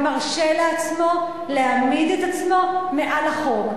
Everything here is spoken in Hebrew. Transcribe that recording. ומרשה לעצמו להעמיד את עצמו מעל לחוק.